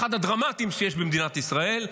אחד הדרמטיים שיש במדינת ישראל,